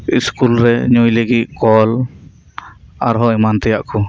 school ᱨᱮ ᱧᱩᱭ ᱞᱟᱹᱜᱤᱫ ᱠᱚᱞ ᱟᱨ ᱦᱚᱸ ᱮᱢᱟᱱ ᱛᱮᱭᱟᱜ ᱠᱚ